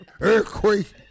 earthquake